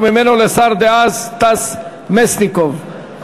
וממנו לשר דאז סטס מיסז'ניקוב,